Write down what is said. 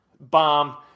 bomb